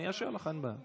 אני אאשר לך, אין בעיה.